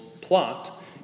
plot